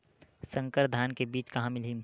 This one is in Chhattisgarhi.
संकर धान के बीज कहां मिलही?